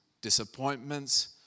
disappointments